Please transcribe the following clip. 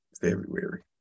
February